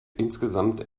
insgesamt